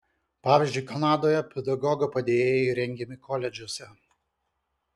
pavyzdžiui kanadoje pedagogo padėjėjai rengiami koledžuose